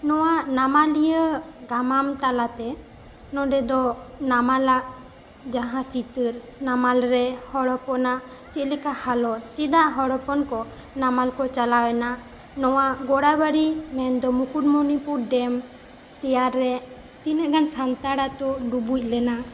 ᱱᱚᱣᱟ ᱱᱟᱢᱟᱞᱤᱭᱟᱹ ᱜᱟᱢᱟᱢ ᱛᱟᱞᱟᱛᱮ ᱱᱚᱱᱰᱮ ᱫᱚ ᱱᱟᱢᱟᱞᱟᱜ ᱡᱟᱦᱟᱸ ᱪᱤᱛᱟᱹᱨ ᱱᱟᱢᱟᱞ ᱨᱮ ᱦᱚᱲ ᱦᱚᱯᱚᱱᱟᱜ ᱪᱮᱫ ᱞᱮᱠᱟ ᱦᱟᱞᱚᱛ ᱪᱮᱫᱟᱜ ᱦᱚᱲ ᱦᱚᱯᱚᱱ ᱠᱚ ᱱᱟᱢᱟᱞ ᱠᱚ ᱪᱟᱞᱟᱣ ᱮᱱᱟ ᱱᱚᱣᱟ ᱜᱚᱲᱟᱵᱟᱲᱤ ᱢᱮᱱ ᱫᱚ ᱢᱩᱠᱩᱨᱢᱩᱱᱤᱯᱩᱨ ᱰᱮᱢ ᱛᱮᱭᱟᱨ ᱨᱮ ᱛᱤᱱᱟᱹᱜ ᱜᱟᱱ ᱥᱟᱱᱛᱟᱲ ᱟᱹᱛᱩ ᱰᱩᱵᱩᱡ ᱞᱮᱱᱟ